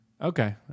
Okay